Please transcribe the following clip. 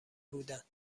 بودند